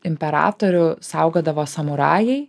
imperatorių saugodavo samurajai